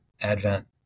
advent